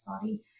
body